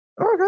okay